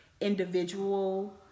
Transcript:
individual